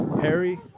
Harry